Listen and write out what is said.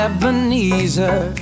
Ebenezer